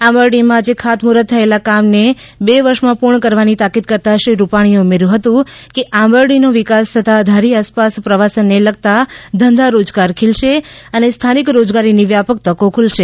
આંબરડીમાં આજે ખાતમુહૂર્ત થયેલા કામ બે વર્ષમાં પૂર્ણ કરવાની તાકીદ કરતાં શ્રી રૂપાણી એ ઉમેર્થુ હતું કે આંબરડી નો વિકાસ થતાં ધારી આસપાસ પ્રવાસન ને લગતા ધંધા રોજગાર ખીલશે અને સ્થાનિક રોજગારીની વ્યાપક તકો ખુલશે